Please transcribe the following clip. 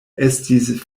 estis